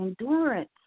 endurance